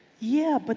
yeah. but